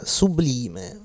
sublime